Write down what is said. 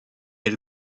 elle